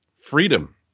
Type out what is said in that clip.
freedom